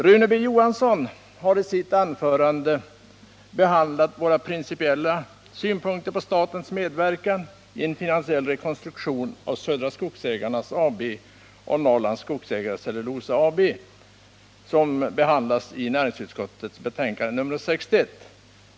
Rune B. Johansson har i sitt anförande behandlat våra principiella synpunkter på statens medverkan i en finansiell rekonstruktion av Södra Skogsägarna AB och Norrlands Skogsägares Cellulosa AB.